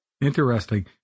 Interesting